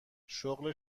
شغل